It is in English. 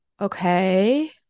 okay